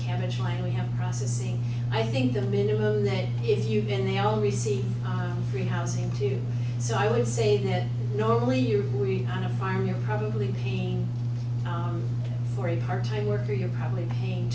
cabbage line we have processing i think the minimumhthath and they all receive free housing too so i would say that normally on a farm you're probably paying for a parttime worker you're probably paying